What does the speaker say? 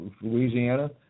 Louisiana